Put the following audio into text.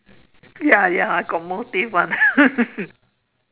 ya ya got motive [one]